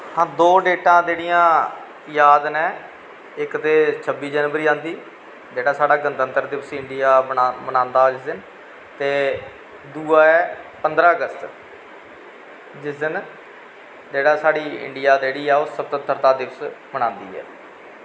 हां दो डेटां जेह्ड़ियां जाद नै इक ते शब्बी जनवरी आंदी जेह्ॅड़ा साढ़ा इंडिया गणतंत्र दिवस बनांदा जिस दिन ते दुआ ऐ पंदरां अगस्त जिस दिन जेह्ड़ा साढ़ा इंडिया जेह्ड़ी ओह् स्वतंत्रता दिवस बनांदी ऐ